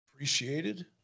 appreciated